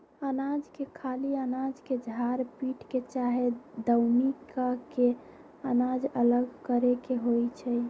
अनाज के खाली अनाज के झार पीट के चाहे दउनी क के अनाज अलग करे के होइ छइ